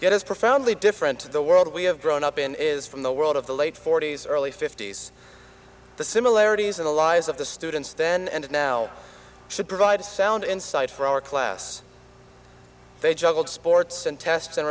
it is profoundly different to the world we have grown up in is from the world of the late forty's early fifty's the similarities in the lives of the students then and now should provide sound insight for our class they juggled sports and test